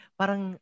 parang